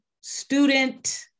student